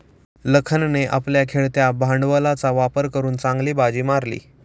लखनने आपल्या खेळत्या भांडवलाचा वापर करून चांगली बाजी मारली